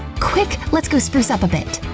quick! let's go spruce up a bit!